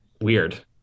weird